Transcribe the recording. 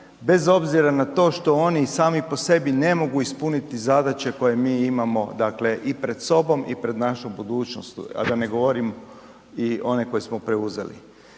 bez obzira na to što oni sami po sebi ne mogu ispuniti zadaće koje mi imamo dakle, i pred sobom i pred našoj budućnošću, a da ne govorim i one koje smo preuzeli.